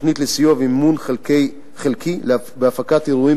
תוכנית לסיוע ומימון חלקי בהפקת אירועים